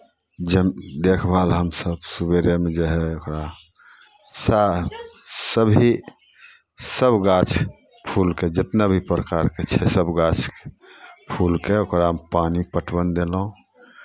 जम देखभाल हमसभ सवेरेमे जे हइ ओकरा सारा सभी सभ गाछ फूलके जितना भी प्रकारके छै सभ गाछके फूलके ओकरामे पानि पटवन देलहुँ